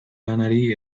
lanari